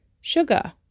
Sugar